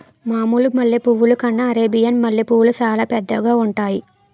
మామూలు మల్లె పువ్వుల కన్నా అరేబియన్ మల్లెపూలు సాలా పెద్దవిగా ఉంతాయి